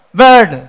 word